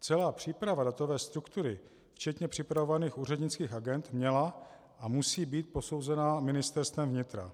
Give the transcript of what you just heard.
Celá příprava datové struktury včetně připravovaných úřednických agend měla a musí být posouzena Ministerstvem vnitra.